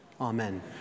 Amen